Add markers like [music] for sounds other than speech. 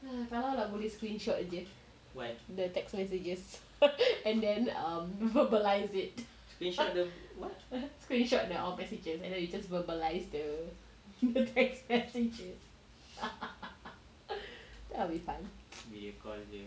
kalau lah boleh screenshot jer the text messages and then err verbalise it screenshot the old messages and then we just verbalise the the text messages [laughs] that would be fun